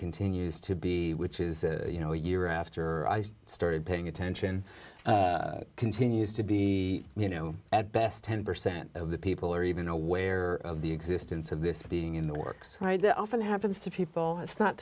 continues to be which is you know a year after i started paying attention continues to be you know at best ten percent of the people are even aware of the existence of this being in the works often happens to people it's